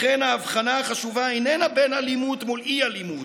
לכן ההבחנה החשובה איננה בין אלימות מול אי-אלימות,